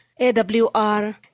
AWR